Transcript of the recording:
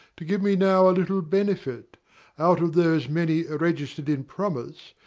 to give me now a little benefit out of those many regist'red in promise,